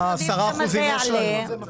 10% יש לנו.